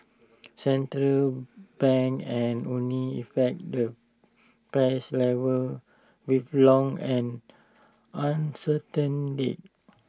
central banks can only affect the price level with long and uncertain lags